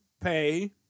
pay